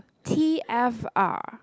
T_F_R